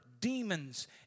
demons